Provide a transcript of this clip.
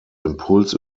impuls